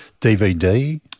DVD